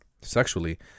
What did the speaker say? sexually